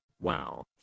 Wow